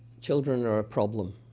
children are a problem.